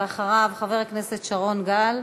ואחריו, חבר הכנסת שרון גל.